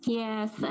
yes